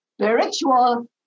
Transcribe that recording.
spiritual